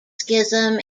schism